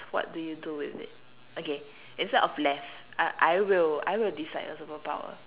what do you do with it okay instead of left I I will I will decide a superpower